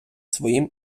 своїм